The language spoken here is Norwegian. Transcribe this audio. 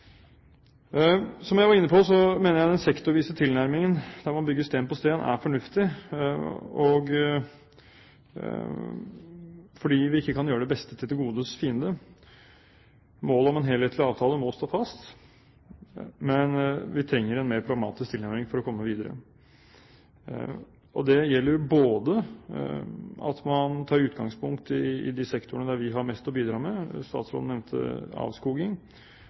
Som jeg var inne på, mener jeg at den sektorvise tilnærmingen der man bygger sten på sten, er fornuftig, fordi vi ikke kan gjøre det beste til det godes fiende. Målet om en helhetlig avtale må stå fast, men vi trenger en mer pragmatisk tilnærming for å komme videre. Det gjelder at man tar utgangspunkt i de sektorene der vi har mest å bidra med. Statsråden nevnte avskoging.